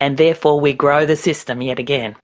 and therefore we grow the system yet again.